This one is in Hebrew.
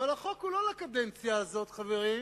אבל החוק הוא לא לקדנציה הזאת, חברים.